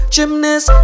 Gymnast